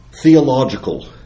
theological